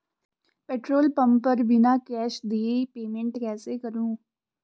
Petrol pump पर बिना cash दिए पेमेंट कैसे करूँ?